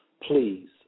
Please